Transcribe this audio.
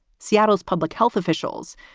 seattle's public health officials,